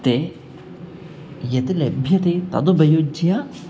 ते यत् लभ्यते तदुपयुज्य